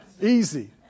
easy